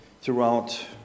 throughout